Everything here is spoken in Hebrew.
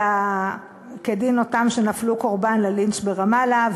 אלא כדין אותם שנפלו קורבן ללינץ' ברמאללה,